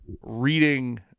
reading